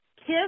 kiss